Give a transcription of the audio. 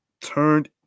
turned